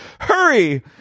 Hurry